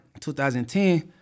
2010